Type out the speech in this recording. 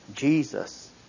Jesus